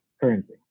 currency